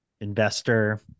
Investor